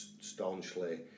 staunchly